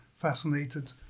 fascinated